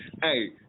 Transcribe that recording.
Hey